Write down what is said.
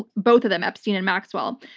both of them, epstein and maxwell.